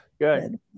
Good